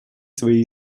свои